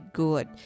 good